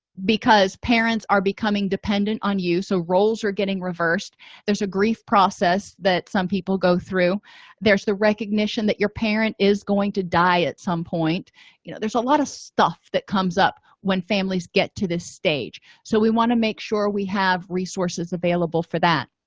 because parents are becoming dependent on you so roles are getting reversed there's a grief process that some people go through there's the recognition that your parent is going to die at some point you know there's a lot of stuff that comes up when families get to this stage so we want to make sure we have resources available for that